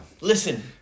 Listen